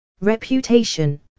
Reputation